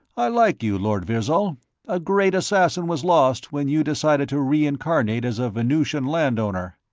i like you, lord virzal a great assassin was lost when you decided to reincarnate as a venusian land-owner.